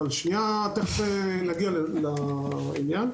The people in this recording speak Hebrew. אבל שנייה נגיע לעניין,